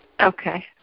Okay